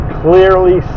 clearly